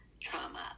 trauma